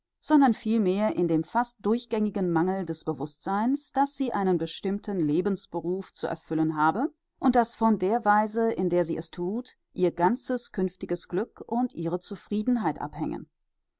sondern vielmehr in dem fast durchgängigen mangel des bewußtseins daß sie einen bestimmten lebensberuf zu erfüllen habe und daß von der weise in der sie es thut ihr ganzes künftiges glück und ihre zufriedenheit abhängen